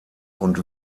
und